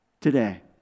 Today